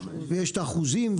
יש את האחוזים,